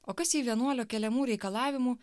o kas jei vienuolio keliamų reikalavimų